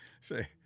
say